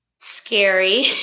Scary